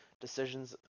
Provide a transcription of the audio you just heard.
decisions